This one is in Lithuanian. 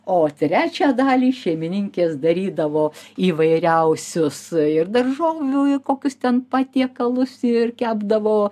o trečią dalį šeimininkės darydavo įvairiausius ir daržovių ir kokius ten patiekalus ir kepdavo